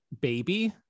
baby